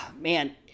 man